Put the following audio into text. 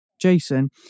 Jason